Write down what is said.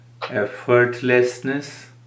effortlessness